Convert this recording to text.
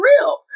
real